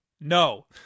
No